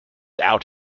out